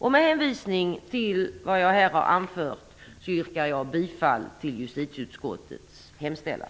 Med hänvisning till vad jag här har anfört yrkar jag bifall till justitieutskottets hemställan.